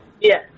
Yes